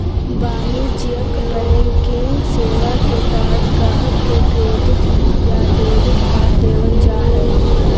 वाणिज्यिक बैंकिंग सेवा के तहत गाहक़ के क्रेडिट या डेबिट कार्ड देबल जा हय